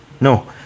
no